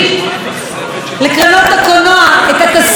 הקולנוע את התסריט ואף אחד לא קורא אותו.